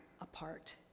apart